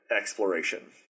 exploration